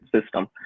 system